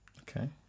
Okay